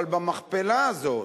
אבל במכפלה הזאת,